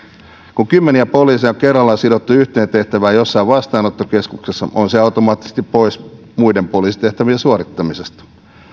kun kymmeniä poliiseja on kerrallaan sidottu yhteen tehtävään jossain vastaanottokeskuksessa on se automaattisesti pois muiden poliisitehtävien suorittamisesta